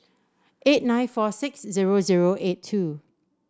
eight nine four six zero zero eight two